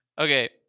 Okay